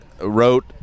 wrote